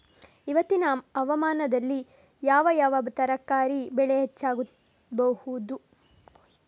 ಇವತ್ತಿನ ಹವಾಮಾನದಲ್ಲಿ ಯಾವ ಯಾವ ತರಕಾರಿ ಬೆಳೆ ಹೆಚ್ಚಾಗಬಹುದು?